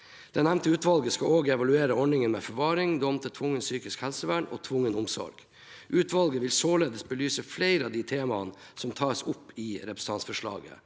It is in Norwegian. Det nevnte utvalget skal også evaluere ordningen med forvaring, dom til tvungent psykisk helsevern og tvungen omsorg. Utvalget vil således belyse flere av de temaene som tas opp i representantforslaget.